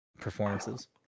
performances